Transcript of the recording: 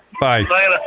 Bye